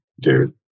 Dude